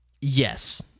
yes